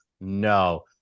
no